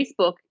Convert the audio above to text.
facebook